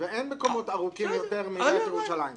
אין מקומות ארוכים יותר מעיריית ירושלים זה.